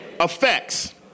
effects